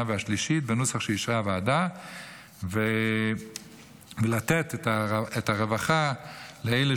והשלישית בנוסח שאישרה הוועדה ולתת את הרווחה לאלה